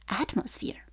atmosphere